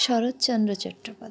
Saratchandra Chattopadhyay